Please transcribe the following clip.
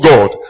God